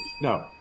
no